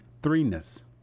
threeness